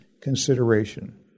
consideration